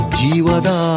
jiwada